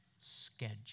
schedule